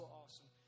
awesome